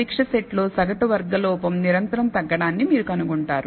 పరీక్ష సెట్ లో సగటు వర్గ లోపం నిరంతరం తగ్గడాన్ని మీరు కనుగొంటారు